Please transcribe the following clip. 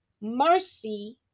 mercy